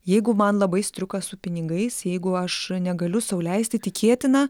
jeigu man labai striuka su pinigais jeigu aš negaliu sau leisti tikėtina